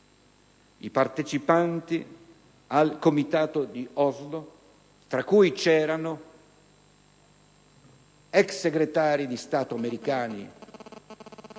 i partecipanti al Comitato di Oslo, tra cui vi erano ex segretari di Stato americani,